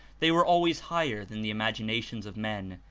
they were always higher than the imagina tions of men,